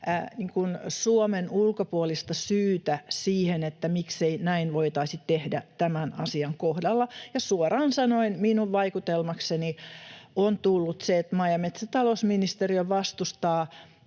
Suomen ulkopuolista syytä siihen, miksei näin voitaisi tehdä tämän asian kohdalla, ja suoraan sanoen minun vaikutelmakseni on tullut se, että maa- ja metsätalousministeriö vastustaa